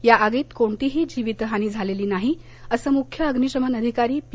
या आगीत कोणतीही जीवितहानी झालेली नाही असं मुख्य अग्निशमन अधिकारी पी